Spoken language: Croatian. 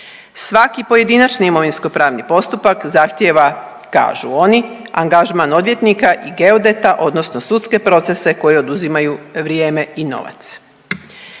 Svaki pojedinačni imovinsko-pravni postupak zahtijeva kažu oni angažman odvjetnika i geodeta, odnosno sudske procese koji oduzimaju vrijeme i novac.